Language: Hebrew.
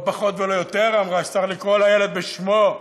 לא פחות ולא יותר, אמרה שצריך לקרוא לילד בשמו,